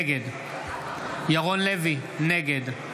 נגד ירון לוי, נגד מיקי לוי,